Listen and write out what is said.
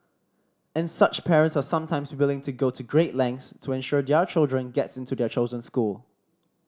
and such parents are sometimes willing to go to great lengths to ensure their child gets into their chosen school